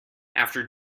after